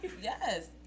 Yes